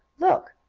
look!